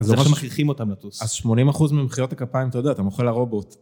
זה מה שמכריחים אותם לטוס. אז 80% ממחיאות הכפיים, אתה יודע, אתה מוחא לרובוט.